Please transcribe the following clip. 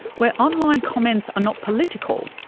where online comments are not political,